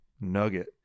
nugget